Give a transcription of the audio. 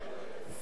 במיוחד חוק מע"מ,